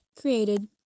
created